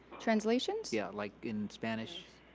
translations? yeah, like in spanish.